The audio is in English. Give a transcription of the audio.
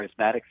charismatic